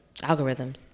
Algorithms